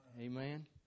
Amen